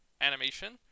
animation